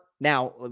now